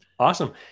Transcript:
Awesome